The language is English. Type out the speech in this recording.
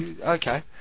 okay